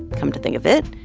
come to think of it,